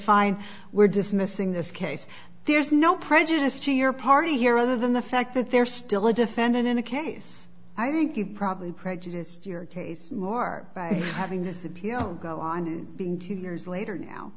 fine we're dismissing this case there's no prejudice to your party here other than the fact that they're still a defendant in a case i think you probably prejudice your case more by having this appeal go on being two years later now